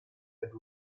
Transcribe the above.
and